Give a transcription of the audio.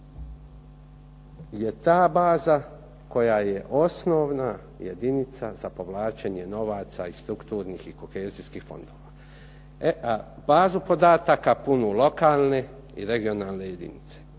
je ta baza koja je osnovna jedinica za povlačenje novaca iz strukturnih i kohezijskih fondova. E a bazu podataka punu lokalne i regionalne jedinice.